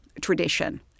tradition